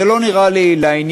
זה לא נראה לי לעניין,